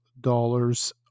dollars